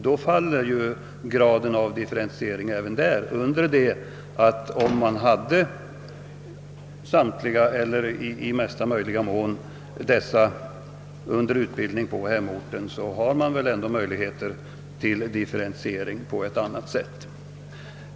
Då faller ju graden av differentiering även där, under det att om samtliga eller så många som möjligt fick utbildning i hemorten det skulle finnas möjligheter att differentiera på ett annat sätt.